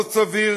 לא סביר